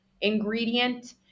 ingredient